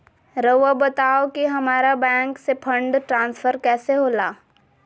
राउआ बताओ कि हामारा बैंक से फंड ट्रांसफर कैसे होला?